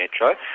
Metro